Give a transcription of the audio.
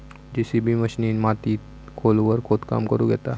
JCB मशिनीन मातीत खोलवर खोदकाम करुक येता